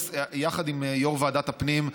יחד עם יו"ר ועדת הפנים,